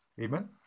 Amen